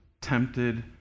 tempted